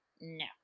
no